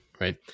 right